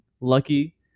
lucky